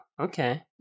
Okay